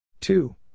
Two